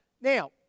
now